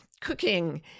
Cooking